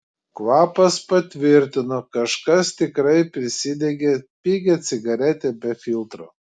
kvapas patvirtino kažkas tikrai prisidegė pigią cigaretę be filtro